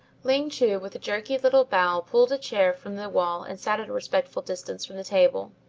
ling chu with a jerky little bow pulled a chair from the wall and sat at a respectful distance from the table,